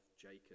Jacob